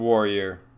warrior